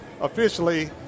officially